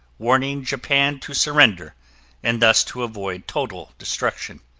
warning japan to surrender and thus to avoid total destruction.